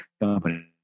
company